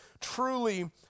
truly